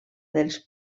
dels